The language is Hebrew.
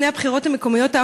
לפני הבחירות המקומיות האחרונות: